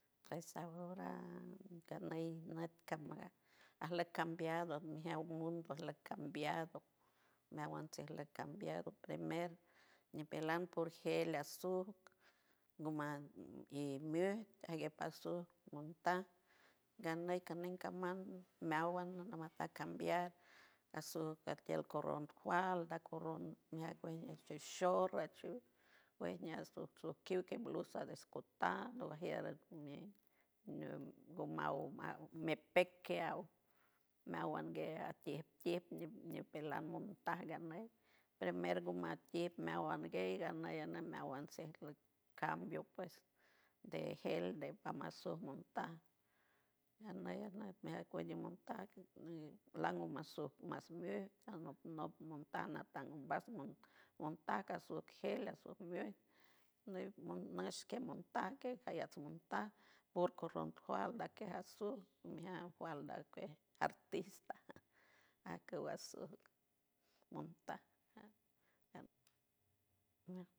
Pues ahora caney nüt caman ajleck cambiado mijaw mundo ajleck cambiado meawan chijleck cambiado primer ñipelan pur gel asuj nguma y miüj ajgue pasuj montaj ganey canen caman meawan ngo mataj cambiar asuj parj tiel korrul falda kurruj meaj kuej short, ajchuj kuej ñiakuj atsojkiw añaj blusa de escotado ajier ngumi gomaw maw mepek kiaw meawan guej a tiej tiej ñi-ñipelan a montaj ganey primer guma tiej meawan guej ganey aney meawan sejluck cambio pues de gel de mamasuj montaj ganey ajnej cuane montaj lango masuj mas muelt anop nop montaj natan anop montaj casuj gel asuj muelt nush kej montaj kayac a montaj por currul falda kej asuj mijaj falda kej artista ajkuj montaj suj.